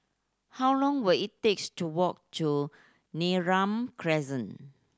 how long will it takes to walk to Neram Crescent